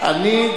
אני,